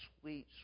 sweet